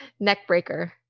Neckbreaker